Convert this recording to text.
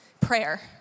prayer